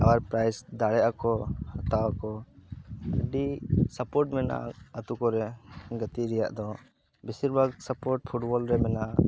ᱟᱵᱟᱨ ᱯᱨᱟᱭᱤᱡᱽ ᱫᱟᱲᱮᱭᱟᱜᱼ ᱟ ᱠᱚ ᱦᱟᱛᱟᱣ ᱟᱠᱚ ᱟᱹᱰᱤ ᱥᱟᱯᱳᱴ ᱢᱮᱱᱟᱜᱼᱟ ᱟᱛᱳ ᱠᱚᱨᱮ ᱜᱟᱛᱮᱜ ᱨᱮᱭᱟᱜ ᱫᱚ ᱵᱤᱥᱤᱨ ᱵᱷᱟᱜ ᱥᱟᱯᱳᱴ ᱯᱷᱩᱴᱵᱚᱞ ᱨᱮ ᱢᱮᱱᱟᱜᱼᱟ